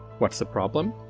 what's the problem?